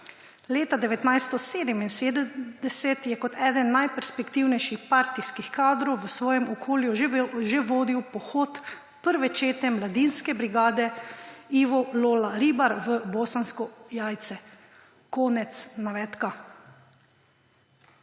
Leta 1977 je kot eden najperspektivnejših partijskih kadrov v svojem okolju že vodil pohod prve čete mladinske brigade Ivo Lola Ribar v bosansko Jajce.« Konec navedka.